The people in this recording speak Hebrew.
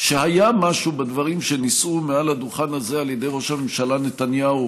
שהיה משהו בדברים שנישאו מעל הדוכן הזה על ידי ראש הממשלה נתניהו